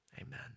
Amen